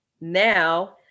Now